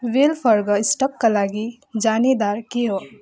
वेलवर्ग स्टकका लागि जानेदार के हो